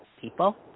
people